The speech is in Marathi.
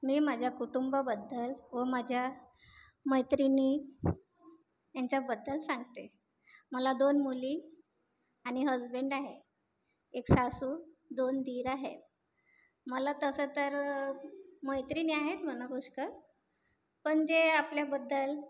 मी माज्या कुटुंबाबद्धल व माज्या मैत्रिनी एंच्याबद्दल सांगते मला दोन मुली आनि हजबेंड आहे एक सासू दोन दीर आहे मला तसं तर मैत्रिनी आहेत मना पुष्कळ पन जे आपल्याबद्दल